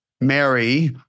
Mary